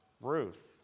Ruth